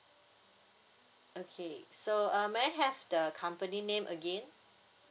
okay so uh may I have the company name again